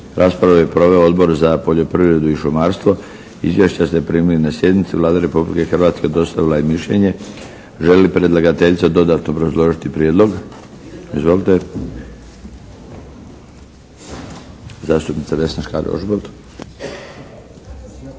Raspravu je proveo Odbor za poljoprivredu i šumarstvo. Izvješća ste primili na sjednici. Vlada Republike Hrvatske dostavila je mišljenje. Želi li predlagateljica dodatno obrazložiti Prijedlog? Izvolite. Zastupnica Vesna Škare Ožbolt.